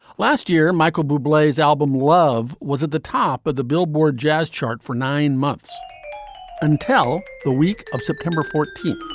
last year, michael buble, his album love was at the top of but the billboard jazz chart for nine months until the week of september fourteen